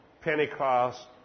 Pentecost